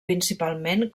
principalment